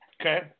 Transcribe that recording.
Okay